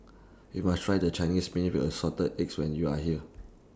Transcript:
YOU must Try The Chinese Spinach with Assorted Eggs when YOU Are here